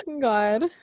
god